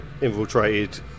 infiltrated